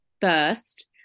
first